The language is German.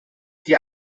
die